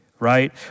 Right